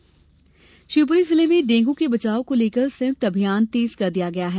dengue Shivpuri जिले में dengue के बचाव को लेकर संयुक्त अभियान तेज कर दिया गया है